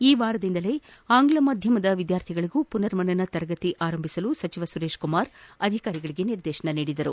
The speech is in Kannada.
ಈ ವಾರದಿಂದಲೇ ಆಂಗ್ಲ ಮಾಧ್ಯಮದ ವಿದ್ವಾರ್ಥಿಗಳಗೂ ಪುನರ್ಮನನ ತರಗತಿಗಳನ್ನು ಪ್ರಾರಂಭಿಸಲು ಸಚಿವ ಸುರೇಶ್ ಕುಮಾರ್ ಅಧಿಕಾರಿಗಳಿಗೆ ನಿರ್ದೇಶನ ನೀಡಿದರು